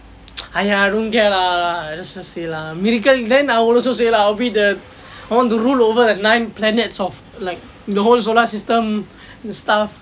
!aiya! don't care lah let's just say lah miracle then I will also say I'll be the one to rule over at the nine planets of like the whole solar system the stuff